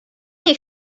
nie